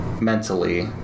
mentally